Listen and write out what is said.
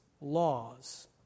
laws